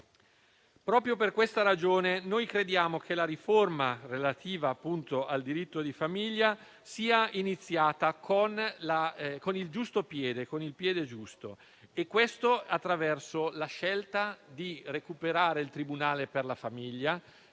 Proprio per questa ragione crediamo che la riforma relativa al diritto di famiglia sia iniziata con il piede giusto, e questo attraverso la scelta di recuperare il tribunale per la famiglia,